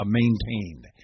maintained